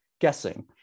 guessing